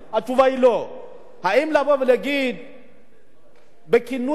האם לומר בכינוי גנאי מופרך,